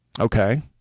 Okay